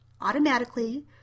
automatically